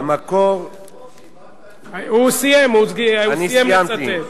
הוא סיים לצטט.